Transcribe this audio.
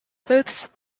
both